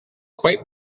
quite